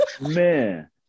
Man